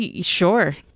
Sure